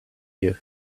you